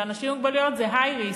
ואנשים עם מוגבלויות זה high risk,